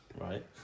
right